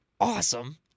awesome